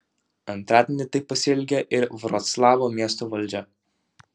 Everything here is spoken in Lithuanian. antradienį taip pasielgė ir vroclavo miesto valdžia